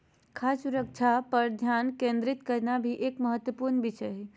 खाद्य सुरक्षा पर ध्यान केंद्रित करना भी एक महत्वपूर्ण विषय हय